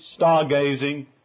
stargazing